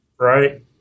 right